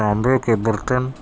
تانبے کے برتن